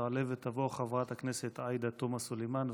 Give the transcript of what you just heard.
תעלה ותבוא חברת הכנסת עאידה תומא סלימאן,